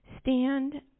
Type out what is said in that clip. Stand